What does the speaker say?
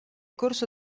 corso